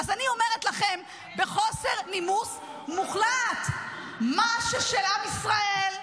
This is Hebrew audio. אז אני אומרת לכם בחוסר נימוס מוחלט: מה ששל עם ישראל,